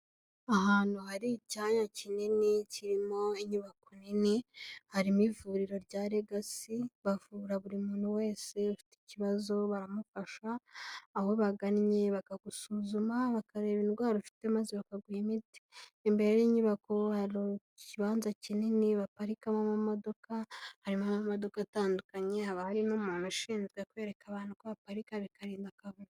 Ahantu hari icyanya kinini kirimo inyubako nini. Harimo ivuriro rya legacy. Bavura buri muntu wese ufite ikibazo baramufasha. Aho bagannye bakagusuzuma bakareba indwara ufite maze bakaguha imiti. Imbere y'inyubako hari ikibanza kinini baparikamo amamodoka. Harimo amamodoka atandukanye. Haba hari n'umuntu ushinzwe kwereka abantu uko baparika bikarinda akavuyo.